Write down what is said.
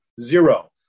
Zero